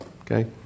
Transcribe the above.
Okay